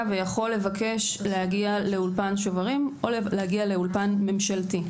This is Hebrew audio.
ויכול לבקש להגיע לאולפן שוברים או להגיע לאולפן ממשלתי.